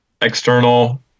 external